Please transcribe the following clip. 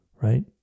Right